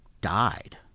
died